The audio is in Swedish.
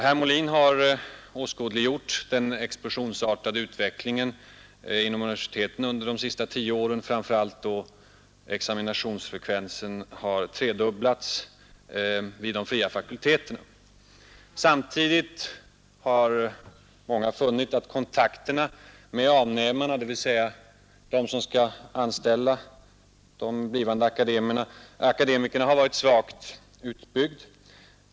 Herr Molin har åskådliggjort den explosionsartade utvecklingen inom universiteten under de senaste tio åren, framför allt då att examinationsfrekvensen tredubblats vid de fria fakulteterna. Samtidigt har många funnit att kontakterna med avnämarna, dvs. de som skall anställa de blivande akademikerna, har varit svagt utbyggda.